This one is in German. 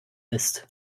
ist